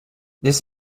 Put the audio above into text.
this